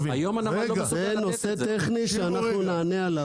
זה נושא טכני שאנחנו נענה עליו.